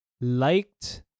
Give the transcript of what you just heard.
liked